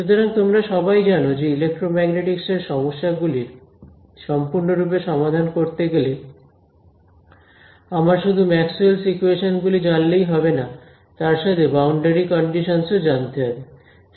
সুতরাং তোমরা সবাই জানো যে ইলেক্ট্রোম্যাগনেটিক্স এর সমস্যা গুলির সম্পূর্ণরূপে সমাধান করতে গেলে আমার শুধু ম্যাক্সওয়েলস ইকুয়েশনস Maxwell's equations গুলিই জানলে হবে না তার সাথে বাউন্ডারি কন্ডিশনস ও জানতে হবে